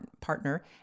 partner